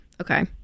Okay